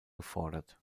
gefordert